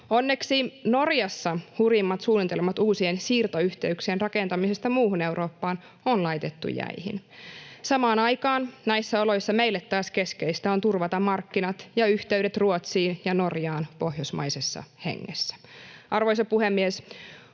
Onneksi Norjassa hurjimmat suunnitelmat uusien siirtoyhteyksien rakentamisesta muuhun Eurooppaan on laitettu jäihin. Samaan aikaan näissä oloissa meille taas keskeistä on turvata markkinat ja yhteydet Ruotsiin ja Norjaan pohjoismaisessa hengessä. Arvoisa puhemies!